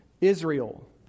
Israel